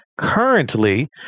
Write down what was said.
Currently